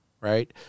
right